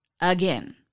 Again